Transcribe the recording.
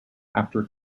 after